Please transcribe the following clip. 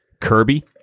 Kirby